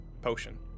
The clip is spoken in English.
Potion